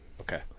Okay